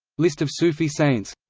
list of sufi saints